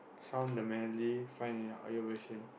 sound the manly find in your your version